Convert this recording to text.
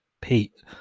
Pete